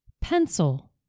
pencil